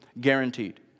guaranteed